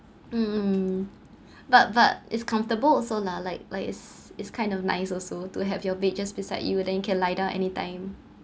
mm but but it's comfortable also lah like like is is kind of nice also to have your bed just beside you then can lie down anytime